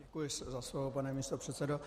Děkuji za slovo, pane místopředsedo.